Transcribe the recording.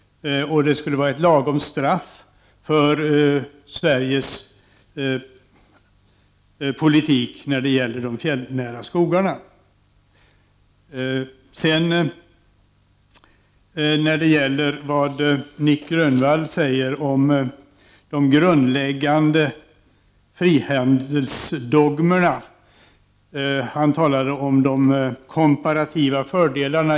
Och det skulle vara ett lagom straff för Sveriges politik när det gäller de fjällnära skogarna. Så till det Nic Grönvall säger om de grundläggande frihandelsdogmerna. Han talade om de komparativa fördelarna.